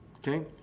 Okay